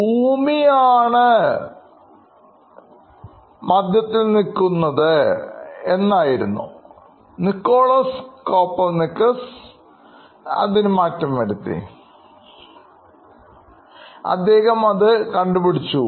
ഭൂമി അല്ല സൂര്യനാണ് മധ്യത്തിൽ എന്നകാര്യം നിക്കോളാസ് കോപ്പർനിക്കസ് കണ്ടുപിടിച്ചു